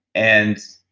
and